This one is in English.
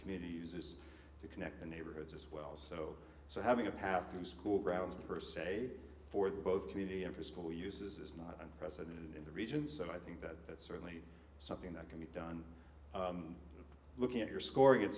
community uses to connect the neighborhoods as well so so having a path through the school grounds per se for the both community interest all uses is not a president in the region so i think that that's certainly something that can be done looking at your scoring it